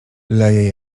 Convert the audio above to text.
leje